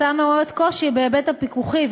ההצעה מעוררת קושי בהיבט הפיקוחי,